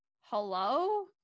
Hello